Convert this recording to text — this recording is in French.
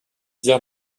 dire